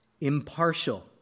impartial